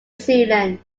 zealand